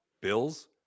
Bills